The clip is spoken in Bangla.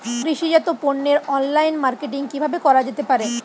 কৃষিজাত পণ্যের অনলাইন মার্কেটিং কিভাবে করা যেতে পারে?